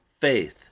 Faith